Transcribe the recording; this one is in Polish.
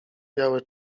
białe